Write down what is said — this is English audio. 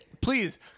Please